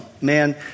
Man